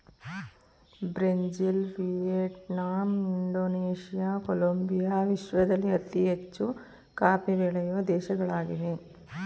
Brazil, Vietnam, Indonesia, Colombia ವಿಶ್ವದಲ್ಲಿ ಅತಿ ಹೆಚ್ಚು ಕಾಫಿ ಬೆಳೆಯೂ ದೇಶಗಳಾಗಿವೆ